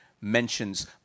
mentions